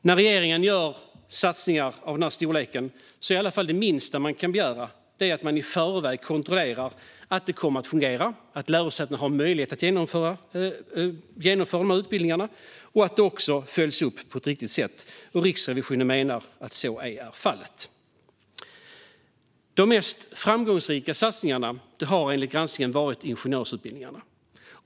När regeringen gör satsningar av denna storlek är det minsta man kan begära att den i förväg kontrollerar att de kommer att fungera och att lärosätena har möjlighet att genomföra utbildningarna samt att det följs upp på ett riktigt sätt. Riksrevisionen menar att så inte är fallet. De mest framgångsrika satsningarna har enligt granskningen gällt ingenjörsutbildningarna.